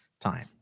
time